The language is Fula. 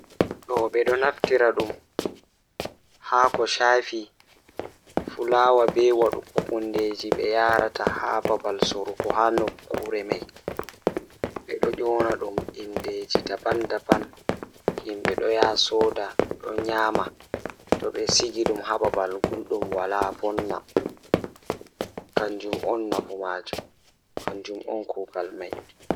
Nyama ɗiɗi waɗi e hamburgers ngoni dow fotaade, ɗiɗi maaɓɓe e nyebbude ngol e nafaade. Ko jeye, ɗum ndiyam no waɗi ɗum ɗoo ngam moƴƴude nyamako. So, nyamako ɗum fota, e njooɗa njaltina e njoɓdi.